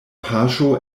paŝo